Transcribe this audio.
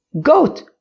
goat